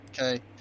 Okay